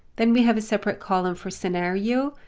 then we have a separate column for scenario,